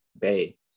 bay